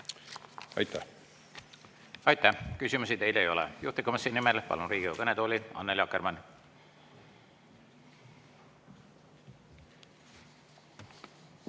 kõik.